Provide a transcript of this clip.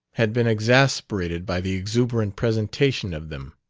had been exasperated by the exuberant presentation of them.